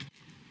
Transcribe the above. Hvala